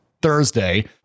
Thursday